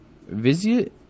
visit